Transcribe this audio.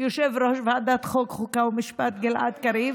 יושב-ראש ועדת החוקה, חוק ומשפט גלעד קריב.